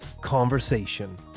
conversation